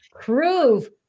prove